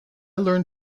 learn